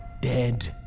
Dead